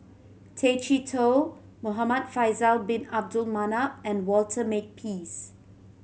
Tay Chee Toh Muhamad Faisal Bin Abdul Manap and Walter Makepeace